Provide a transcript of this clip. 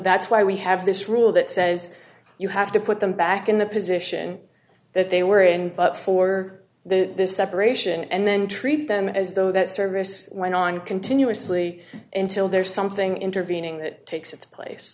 that's why we have this rule that says you have to put them back in the position that they were in but for the separation and then treat them as though that service went on continuously intil there's something intervening that takes its place